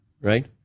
right